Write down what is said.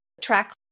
track